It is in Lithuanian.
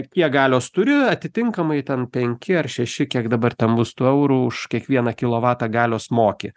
kiek galios turi atitinkamai ten penki ar šeši kiek dabar ten bus tų eurų už kiekvieną kilovatą galios moki